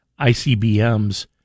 ICBMs